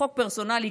חוק פרסונלי,